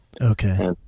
Okay